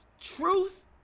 truth